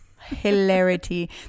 hilarity